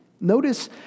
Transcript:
notice